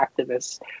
activists